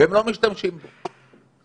והם לא משתמשים בו.